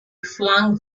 flung